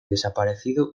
desaparecido